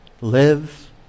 Live